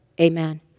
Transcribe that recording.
Amen